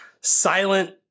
silent